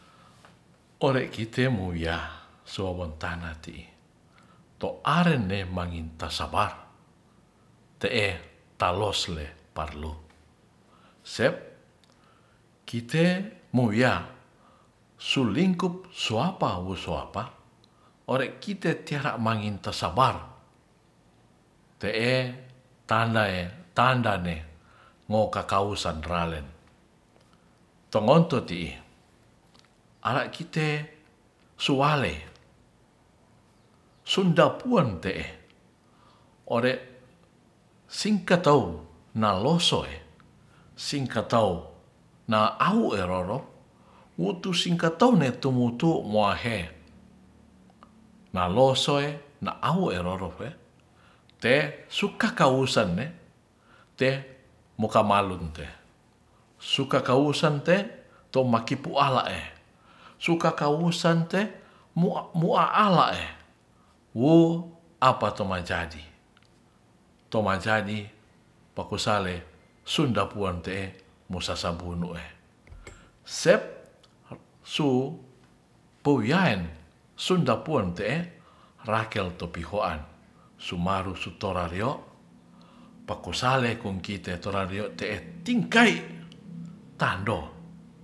Ore kite mowiya suwewontana ti'i toarene manginta sabar te'e taloas le parlu sep kite mowiya sulingkup suwapa we suapa ore kite tiara manginta sabar te'e tanae tandae mo kakausan ralen tongonto ti'i ara kite sunwalei sundapuan te'e ore singkatow nalosoe singkatau na awue roro watusingkatau ne tumutu muahe nalosoe na awu na rorofe te sukakawusane te mukawalunte sukakausan te to makipu alae suka kausan te mua'ala ee wo apato majaji toma jadi pakusale sunda puante'e musaabunue sep su powiaen sunda puantene rakel to pihoan sumaru su torario pakusale kong kite torario te'e tingkai tando.